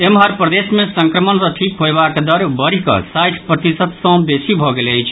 एम्हर प्रदेश मे संक्रमण सँ ठीक होयबाक दर बढ़ि कऽ साठि प्रतिशत सँ बेसी भऽ गेल अछि